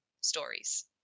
stories